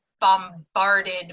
bombarded